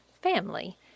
family